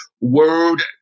word